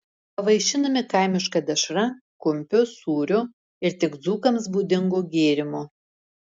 pavaišinami kaimiška dešra kumpiu sūriu ir tik dzūkams būdingu gėrimu